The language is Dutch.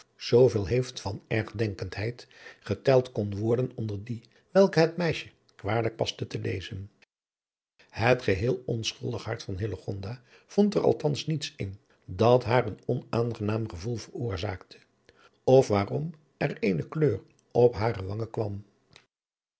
zooveel heeft van ergdenkendheid geteld kon worden onder die welke het een meisje kwalijk paste te lezen het geheel onschuldig hart van hillegonda vond er althans niets in dat haar een onaangenaam gevoel veroorzaakte of waarom er eene kleur op hare aangen kwam